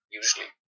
usually